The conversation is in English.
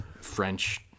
French